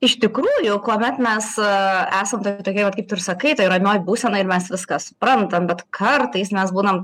iš tikrųjų kuomet mes esam tokioj vat kaip tu ir sakai toj ramioj būsenoj ir mes viską suprantam bet kartais mes būnam